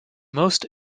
most